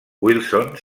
wilson